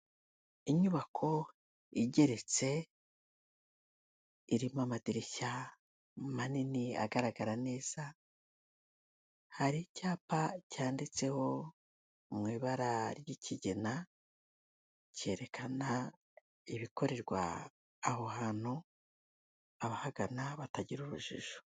Inyubako igeretse irimo amadirishya manini agaragara neza, hari icyapa cyanditseho mu ibara ry'ikigina cyerekana ibikorerwa aho hantu, abahagana batagira urujijo.